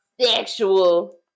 Sexual